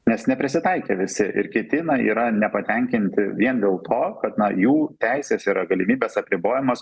nes neprisitaikė visi ir kiti na yra nepatenkinti vien dėl to kad na jų teisės yra galimybės apribojamos